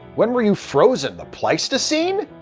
when were you frozen? the pleistocene?